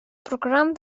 programm